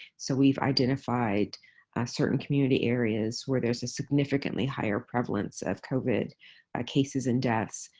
so we've identified certain community areas where there's a significantly higher prevalence of covid ah cases and deaths,